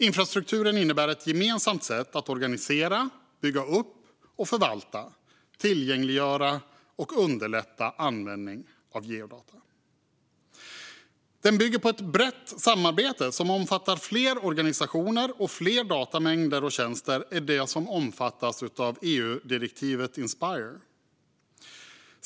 Infrastrukturen innebär ett gemensamt sätt att organisera, bygga upp och förvalta, tillgängliggöra och underlätta användningen av geodata. Den bygger på ett brett samarbete som omfattar fler organisationer och fler datamängder och tjänster än de som omfattas av EU-direktivet Inspire.